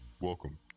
Welcome